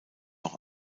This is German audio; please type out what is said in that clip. noch